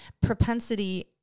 propensity